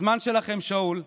הזמן שלכם שאול,